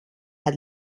had